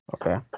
Okay